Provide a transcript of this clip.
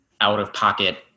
out-of-pocket